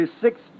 Six